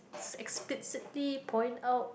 explicitly point out